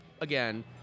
again